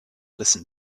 listen